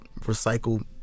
recycled